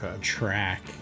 track